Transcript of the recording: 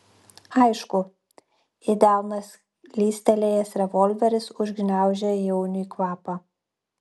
aišku į delną slystelėjęs revolveris užgniaužė jauniui kvapą